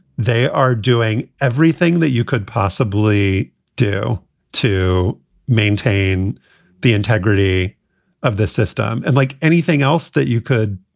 they are doing everything that you could possibly do to maintain the integrity of the system. and like anything else that you could,